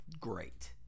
Great